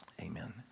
amen